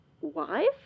wife